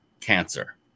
cancer